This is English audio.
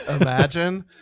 imagine